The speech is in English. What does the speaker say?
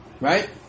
right